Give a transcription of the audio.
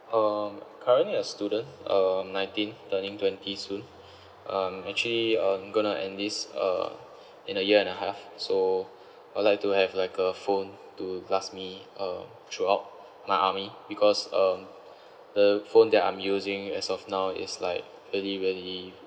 uh currently a student uh nineteen turning twenty soon I'm actually uh gonna enlist uh in a year and a half so I would like to have like a phone to last me uh throughout my army because um the phone that I'm using as of now is like really really